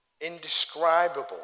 indescribable